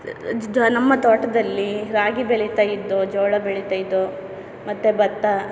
ನಮ್ಮ ತೋಟದಲ್ಲಿ ರಾಗಿ ಬೆಳೀತ ಇದ್ದೋ ಜೋಳ ಬೆಳೀತ ಇದ್ದೋ ಮತ್ತೆ ಭತ್ತ